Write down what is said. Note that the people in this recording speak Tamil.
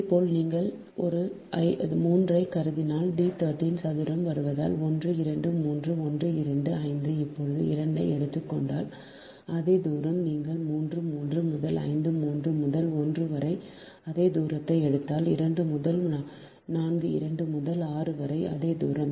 இதேபோல் நீங்கள் ஒரு 3 ஐக் கருதினால் D 13 சதுரம் வருவதால் 1 2 3 1 2 5 இப்போது 2 ஐ எடுத்துக் கொண்டால் அதே தூரம் நீங்கள் 3 3 முதல் 5 3 முதல் 1 வரை அதே தூரத்தை எடுத்தால் 2 முதல் 4 2 முதல் 6 வரை அதே தூரம்